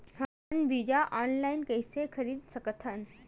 हमन बीजा ऑनलाइन कइसे खरीद सकथन?